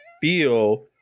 feel